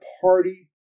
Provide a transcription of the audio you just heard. party